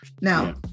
Now